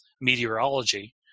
meteorology